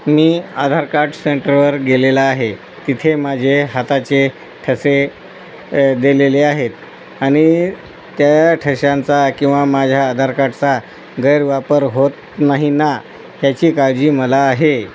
मी Aadhaar card सेंटरवर गेलेला आहे तिथे माझे हाताचे ठसे दिलेले आहेत आणि त्या ठश्यांचा किंवा माझ्या आधार कार्डचा गैरवापर होत नाही ना ह्याची काळजी मला आहे